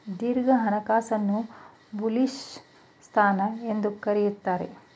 ದೀರ್ಘ ಹಣಕಾಸನ್ನು ಬುಲಿಶ್ ಸ್ಥಾನ ಎಂದು ಕರೆಯುತ್ತಾರೆ